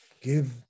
give